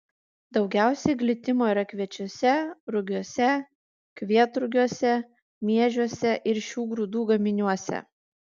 daugiausiai glitimo yra kviečiuose rugiuose kvietrugiuose miežiuose ir šių grūdų gaminiuose